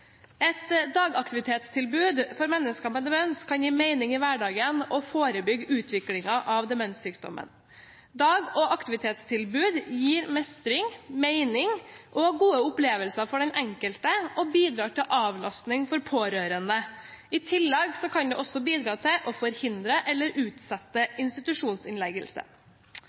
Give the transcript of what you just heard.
Et dagaktivitetstilbud for mennesker med demens kan gi mening i hverdagen og forebygge utviklingen av demenssykdommen. Dag- og aktivitetstilbud gir mestring, mening og gode opplevelser for den enkelte og bidrar til avlastning for pårørende. I tillegg kan det også bidra til å forhindre eller utsette